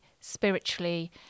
spiritually